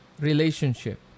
relationship